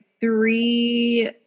three